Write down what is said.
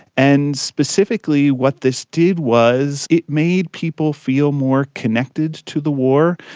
and specifically what this did was it made people feel more connected to the war,